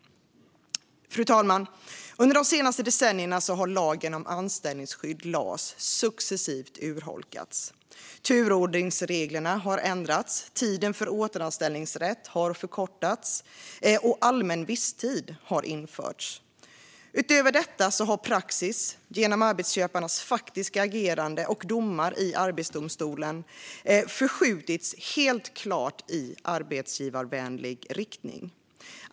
Fru talman! Under de senaste decennierna har lagen om anställningsskydd, LAS, successivt urholkats. Turordningsreglerna har ändrats, tiden för återanställningsrätt har förkortats och allmän visstid har införts. Utöver detta har praxis, genom arbetsköparnas faktiska agerande och domar i Arbetsdomstolen, helt klart förskjutits i arbetsgivarvänlig riktning.